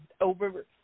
over